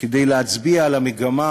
כדי להצביע על המגמה